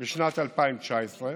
בשנת 2019,